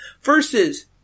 versus